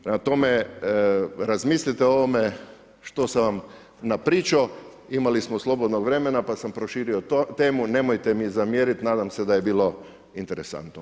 Prema tome, razmislite o ovome što sam vam napričao, imali smo slobodnog vremena pa sam proširio temu, nemojte mi zamjeriti, nadam se da je bilo interesantno.